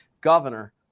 governor